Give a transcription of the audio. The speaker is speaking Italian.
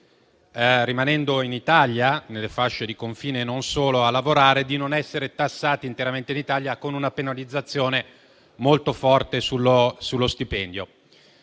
rimanendo in Italia, nelle fasce di confine e non solo, di non essere tassati interamente in Italia con una penalizzazione molto forte sullo stipendio.